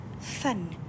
fun